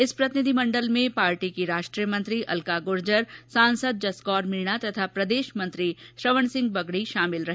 इस प्रतिनिधिमंण्डल में पार्टी की राष्ट्रीय मंत्री अलका गुर्जर सांसद जसकौर मीणा तथा प्रदेश मंत्री श्रवण सिंह बगड़ी शामिल रहे